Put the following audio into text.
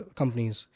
companies